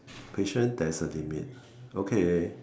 patience there is a limit okay